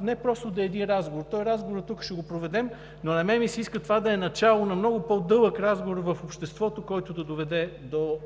не просто да е един разговор – той, разговорът тук ще го проведем, но на мен ми се иска това да е начало на много по-дълъг разговор в обществото, който да доведе до